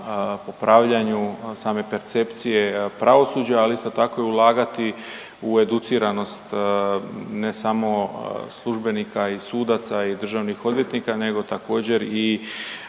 popravljanju same percepcije pravosuđa, ali isto tako i ulagati u educiranost ne samo službenika i sudaca i državnih odvjetnika nego također i